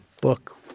book